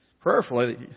prayerfully